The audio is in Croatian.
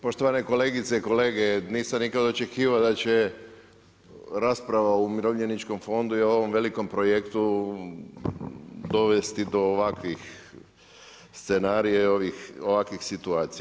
Poštovane kolegice i kolege, nisam nikada očekivao da će rasprava o umirovljeničkom fondu i ovom velikom projektu dovesti do ovakvih scenarija i ovakvih situacija.